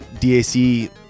DAC